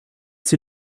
sie